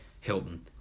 Hilton